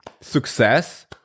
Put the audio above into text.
success